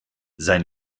sein